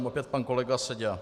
Opět pan kolega Seďa.